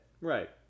Right